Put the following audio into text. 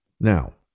Now